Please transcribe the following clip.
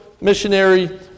missionary